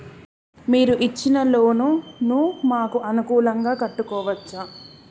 మీరు ఇచ్చిన లోన్ ను మాకు అనుకూలంగా కట్టుకోవచ్చా?